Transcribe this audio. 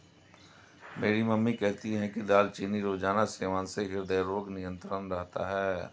मेरी मम्मी कहती है कि दालचीनी रोजाना सेवन से हृदय रोग नियंत्रित रहता है